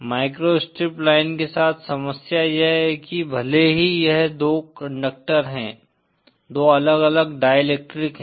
micro strip line के साथ समस्या यह है कि भले ही यह दो कंडक्टर है दो अलग अलग डाईइलेक्ट्रिक है